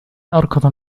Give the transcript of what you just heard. أركض